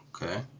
Okay